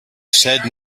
said